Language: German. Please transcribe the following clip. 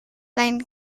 sein